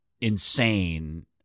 insane